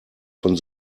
von